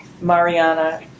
Mariana